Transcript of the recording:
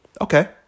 Okay